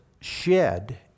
shed